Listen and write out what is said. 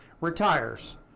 retires